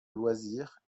loisirs